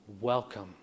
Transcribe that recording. welcome